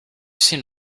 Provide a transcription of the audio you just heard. seen